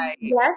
yes